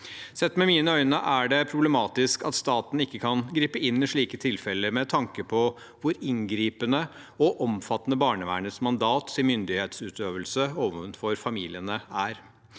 Sett med mine øyne er det problematisk at staten ikke kan gripe inn i slike tilfeller, med tanke på hvor inngripende og omfattende barnevernets mandat er når det gjelder myndighetsutøvelse overfor familiene.